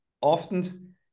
often